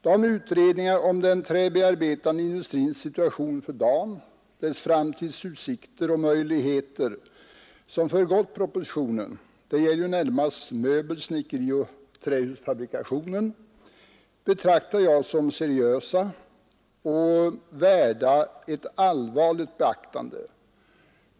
De utredningar om den träbearbetande industrins situation för dagen, dess framtidsutsikter och möjligheter, som föregått propositionen — det gäller närmast möbel-, snickerioch trähusfabrikationen — betraktar jag som seriösa och värda ett allvarligt beaktande.